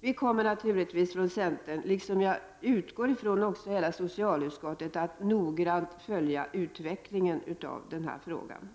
Vi kommer givetvis från centerns sida, liksom jag utgår ifrån också hela socialutskottet, att noggrant följa utvecklingen av den här frågan.